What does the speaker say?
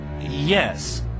Yes